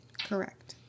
Correct